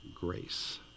grace